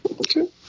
Okay